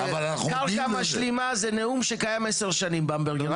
קרקע משלימה זה נאום שקיים עשר שנים, במברגר.